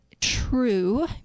True